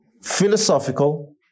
philosophical